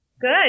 Good